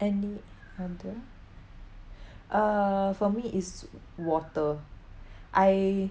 any other uh for me is water I